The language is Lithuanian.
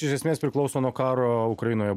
iš esmės priklauso nuo karo ukrainoje